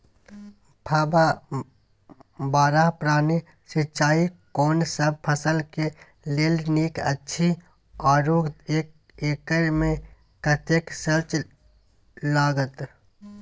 फब्बारा प्रणाली सिंचाई कोनसब फसल के लेल नीक अछि आरो एक एकर मे कतेक खर्च लागत?